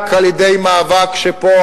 רק על-ידי מאבק שפה,